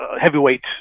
heavyweight